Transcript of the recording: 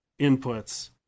inputs